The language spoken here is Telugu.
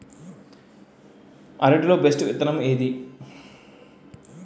అరటి లో బెస్టు విత్తనం ఏది?